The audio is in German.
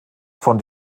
von